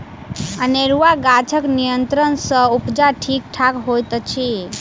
अनेरूआ गाछक नियंत्रण सँ उपजा ठीक ठाक होइत अछि